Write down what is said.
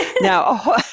Now